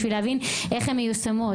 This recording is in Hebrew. בשביל להבין איך הן מיושמות,